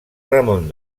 ramon